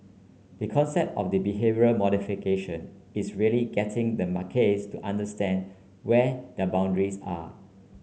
the concept of the behavioural modification is really getting the macaques to understand where their boundaries are